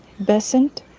besant,